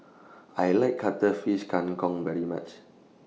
I like Cuttlefish Kang Kong very much